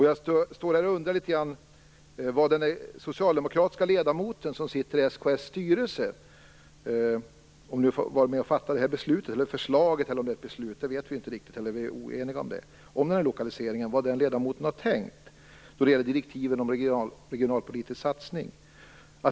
Jag undrar litet om den socialdemokratiska ledamoten som sitter i SKS styrelse var med och fattade det här beslutet eller kom fram med det här förslaget - vi är ju oeniga om ifall det är ett beslut eller ett förslag - om lokaliseringen, och vad den ledamoten har tänkt då det gäller direktiven om regionalpolitisk satsning.